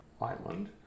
Island